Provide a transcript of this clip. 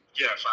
Yes